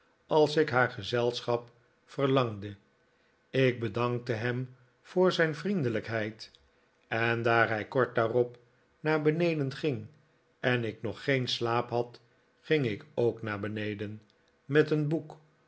als ik naar gezelschap verlangde ik bedankte hem voor zijn vriendelijkheid en daar hij kort daarop naar beneden ging en ik nog geen slaap had ging ik ook naar beneden met een boek